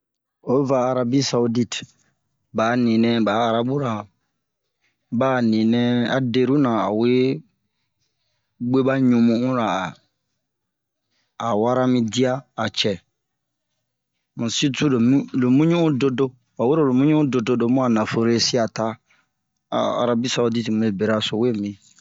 o va Arabi-sawudite ɓa a ninɛ ɓa arabu-ra ba a ninɛ a deruna a we ɓeɓa ɲumu'unra a wara mi diya a cɛ um sirtu lo muɲu'un dodo a Arabi-sawudite mube beraso we mi